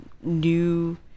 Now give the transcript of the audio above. new